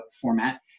format